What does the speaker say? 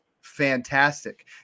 fantastic